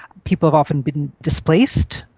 people have often been displaced,